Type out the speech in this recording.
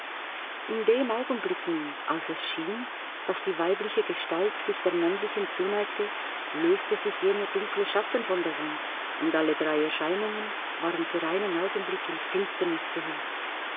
in dem augenblick nun als es schien daß die weibliche gestalt sich der männlichen zuneigte löste sich jener dunkle schatten von der wand und alle drei erscheinungen waren für einen augenblick in finsternis gehüllt